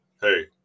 hey